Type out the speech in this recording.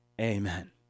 Amen